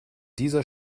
dieser